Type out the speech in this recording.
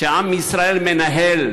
שעם ישראל מנהל